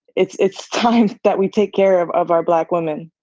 it's it's time that we take care of of our black women.